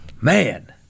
man